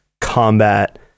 combat